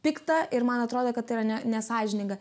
pikta ir man atrodo kad tai yra ne nesąžininga